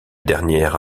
dernière